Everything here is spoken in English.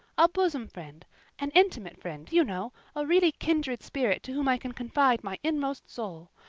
a bosom friend an intimate friend, you know a really kindred spirit to whom i can confide my inmost soul.